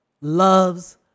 loves